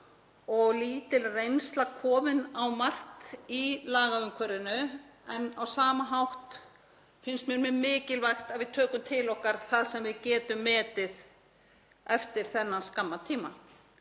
og lítil reynsla komin á margt í lagaumhverfinu. En á sama hátt finnst mér mjög mikilvægt að við tökum til okkar það sem við getum metið eftir þennan skamma tíma